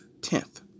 tenth